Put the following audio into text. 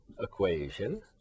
equation